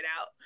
out